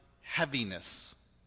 heaviness